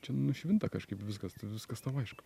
čia nušvinta kažkaip viskas viskas tau aišku